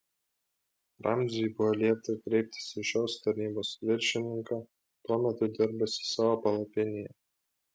ramziui buvo liepta kreiptis į šios tarnybos viršininką tuo metu dirbusį savo palapinėje